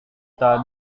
tak